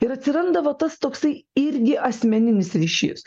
ir atsiranda va tas toksai irgi asmeninis ryšys